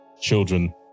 children